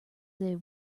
they